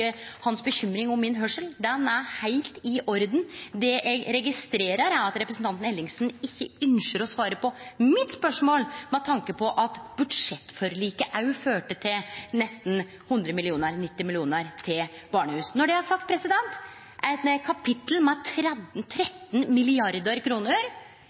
hans for høyrselen min. Den er heilt i orden. Det eg registrerer, er at representanten Ellingsen ikkje ynskjer å svare på mitt spørsmål med tanke på at budsjettforliket også førte til nesten 100 mill. kr – 90 mill. kr – til barnehus. Når det er sagt: På eit kapittel